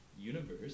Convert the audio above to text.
universe